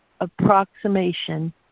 approximation